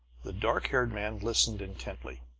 the dark-haired man listened intently.